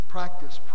Practice